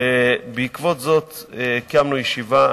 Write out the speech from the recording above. בעקבות זאת קיימנו ישיבה.